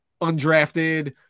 undrafted